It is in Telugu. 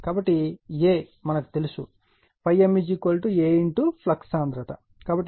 కాబట్టి A మనకు తెలుసు ∅m A ఫ్లక్స్ సాంద్రత